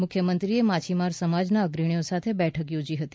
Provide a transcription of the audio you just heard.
મુખ્યમંત્રીએ માછીમારી સમાજના અગ્રણીઓ સાથે બેઠક યોજી હતી